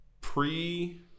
pre